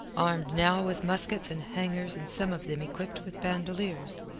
armed now with muskets and hangers and some of them equipped with bandoleers.